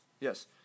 Yes